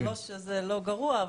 לא שזה לא גרוע,